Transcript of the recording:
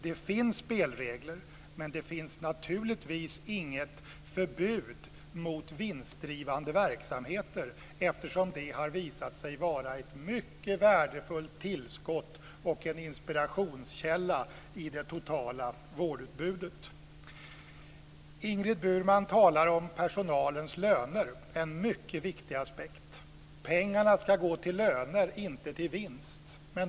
Det finns spelregler, men det finns naturligtvis inget förbud mot vinstdrivande verksamheter, eftersom det har visat sig vara ett mycket värdefullt tillskott och en inspirationskälla i det totala vårdutbudet. Ingrid Burman talar om personalens löner - en mycket viktig aspekt. Pengarna ska gå till löner - inte till vinst.